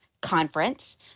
conference